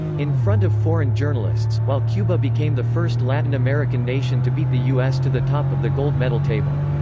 in front of foreign journalists, while cuba became the first latin american nation to beat the u s. to the top of the gold-medal table.